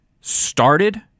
started